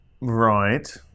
Right